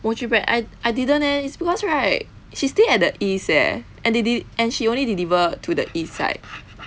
mochi bread i~ I didn't eh it's because right she stay at the east eh and they didn~ and she only deliver to the east side